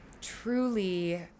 truly